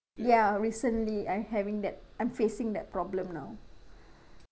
ya recently I having that I'm facing that problem now